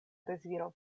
deziro